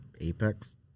Apex